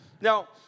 Now